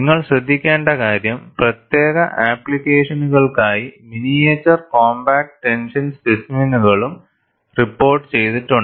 നിങ്ങൾ ശ്രദ്ധിക്കേണ്ട കാര്യം പ്രത്യേക ആപ്ലിക്കേഷനുകൾക്കായി മിനിയേച്ചർ കോംപാക്റ്റ് ടെൻഷൻ സ്പെസിമെനുകളും റിപ്പോർട്ടു ചെയ്തിട്ടുണ്ട്